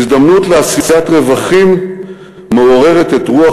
הזדמנות לעשיית רווחים מעוררת את רוח